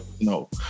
no